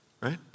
right